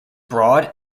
broad